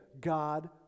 God